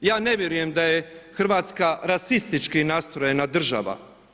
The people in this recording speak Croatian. Ja ne vjerujem da je Hrvatska rasistički nastrojena država.